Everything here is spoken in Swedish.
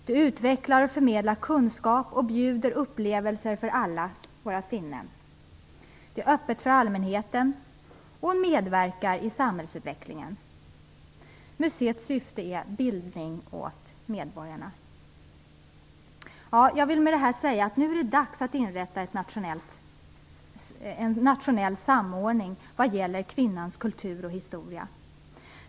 Det utvecklar och förmedlar kunskap, och bjuder på upplevelser för alla våra sinnen. Det är öppet för allmänheten och medverkar i samhällsutvecklingen. Museets syfte är bildning till medborgarna. Jag vill med detta säga att det nu är dags att inrätta en nationell samordning när det gäller kvinnans kultur och historia.